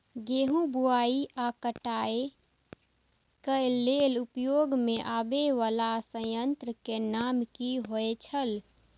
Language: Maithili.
गेहूं बुआई आ काटय केय लेल उपयोग में आबेय वाला संयंत्र के नाम की होय छल?